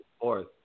fourth